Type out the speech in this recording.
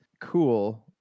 cool